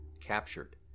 Captured